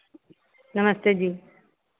नमस्ते जी